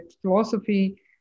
philosophy